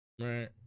Right